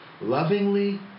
Lovingly